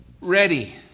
ready